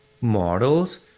models